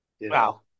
Wow